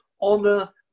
honor